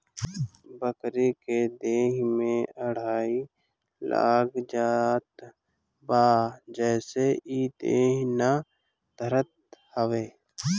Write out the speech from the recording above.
बकरी के देहि में अठइ लाग जात बा जेसे इ देहि ना धरत हवे